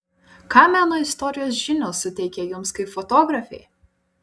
ką meno istorijos žinios suteikia jums kaip fotografei